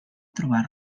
trobar